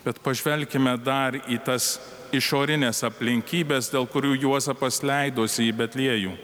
bet pažvelkime dar į tas išorines aplinkybes dėl kurių juozapas leidosi į betliejų